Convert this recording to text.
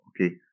Okay